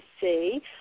see